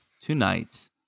tonight